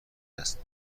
است